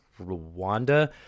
Rwanda